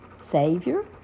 Savior